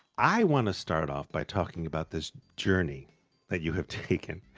i want to start off by talking about this journey that you have taken.